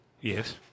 Yes